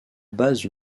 base